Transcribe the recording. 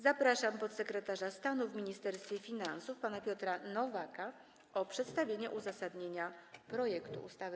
Zapraszam podsekretarza stanu w Ministerstwie Finansów pana Piotra Nowaka o przedstawienie uzasadnienia projektu ustawy.